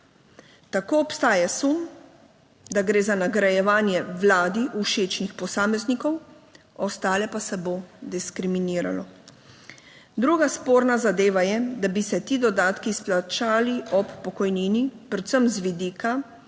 Tako obstaja sum, da gre za nagrajevanje vladi všečnih posameznikov, ostale pa se bo diskriminiralo. Druga sporna zadeva je, da bi se ti dodatki izplačali ob pokojnini, predvsem z vidika,